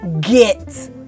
Get